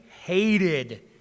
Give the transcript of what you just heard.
hated